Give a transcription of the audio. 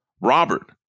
Robert